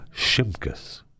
Shimkus